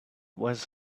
was